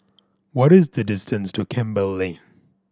what is the distance to Campbell Lane